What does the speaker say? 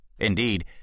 Indeed